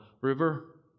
river